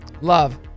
Love